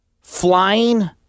Flying